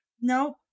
Nope